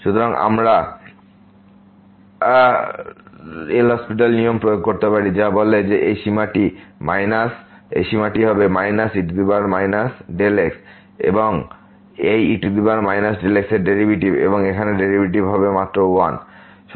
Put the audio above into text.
সুতরাং আমরা রেফার টাইম 0811 নিয়ম প্রয়োগ করতে পারি যা বলে যে এই সীমাটি হবে e x এই e x এর ডেরিভেটিভ এবং এখানে ডেরিভেটিভ হবে মাত্র 1